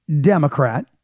Democrat